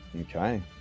Okay